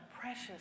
precious